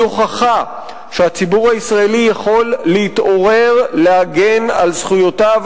הוכחה שהציבור הישראלי יכול להתעורר להגן על זכויותיו,